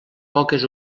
poques